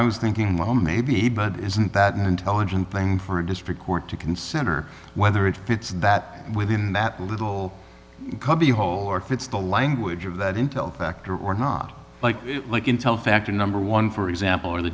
i was thinking well maybe but isn't that an intelligent thing for a district court to consider whether it fits that within that little cubbyhole or if it's the language of that intel actor or not like like intel factor number one for example or the